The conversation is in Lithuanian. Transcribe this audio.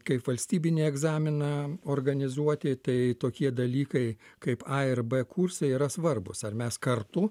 kaip valstybinį egzaminą organizuoti tai tokie dalykai kaip a ir b kursai yra svarbūs ar mes kartu